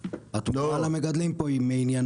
אפשר עוד שאלה בעניין